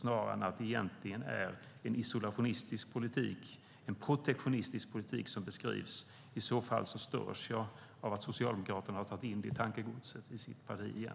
Om det snarare är en isolationistisk, protektionistisk politik som beskrivs störs jag av att Socialdemokraterna har tagit in det i tankegodset i sitt parti igen.